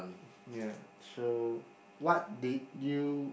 ya so what did you